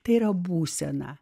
tėra būseną